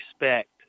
respect